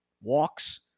walks